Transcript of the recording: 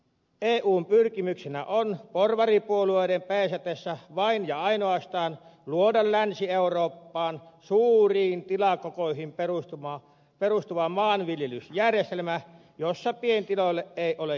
eun pyrkimyksenä on porvaripuolueiden peesatessa vain ja ainoastaan luoda länsi eurooppaan suuriin tilakokoihin perustuva maanviljelysjärjestelmä jossa pientiloille ei ole tilaa